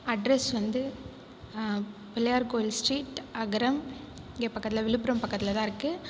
address வந்து Pillaiyar Koil street Agaram இங்கே பக்கத்தில் விழுப்புரம் பக்கத்தில் தான் இருக்குது